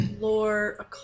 Lore